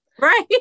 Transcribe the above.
Right